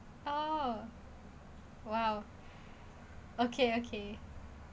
oh !wow! okay okay